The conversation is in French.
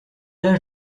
âge